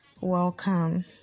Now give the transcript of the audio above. welcome